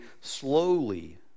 slowly